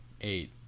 Eight